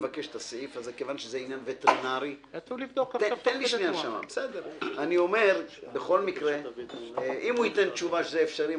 מכיוון שזה עניין וטרינרי אם הוא ייתן תשובה שזה אפשרי,